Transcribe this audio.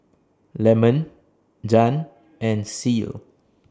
Lemon Jann and Ceil